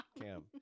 Cam